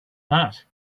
that